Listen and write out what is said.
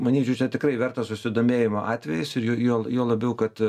manyčiau čia tikrai vertas susidomėjimo atvejis ir ju juo juo labiau kad